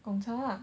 贡茶 lah